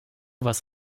was